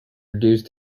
reduced